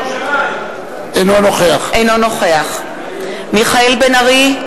אינו נוכח מיכאל בן-ארי,